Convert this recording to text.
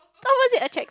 opposite attracts